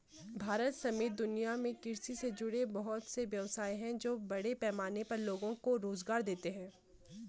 भारत समेत दुनिया में कृषि से जुड़े बहुत से व्यवसाय हैं जो बड़े पैमाने पर लोगो को रोज़गार देते हैं